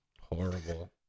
Horrible